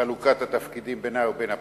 חלוקת התפקידים בינה ובין הפרקליטות,